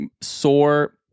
sore